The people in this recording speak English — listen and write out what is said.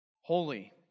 Holy